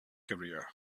career